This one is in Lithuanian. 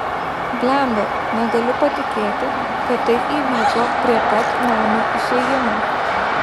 blemba negaliu patikėti kad tai įvyko prie pat namo išėjimo